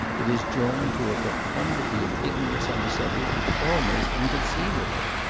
it is joined to a profundity of ignorance on the subject almost inconceivable.